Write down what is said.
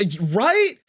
Right